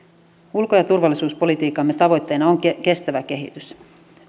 ulko ja turvallisuuspolitiikkamme tavoitteena on kestävä kehitys